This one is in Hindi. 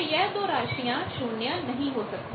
तो यह दो राशियां 0 नहीं हो सकती